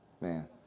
Man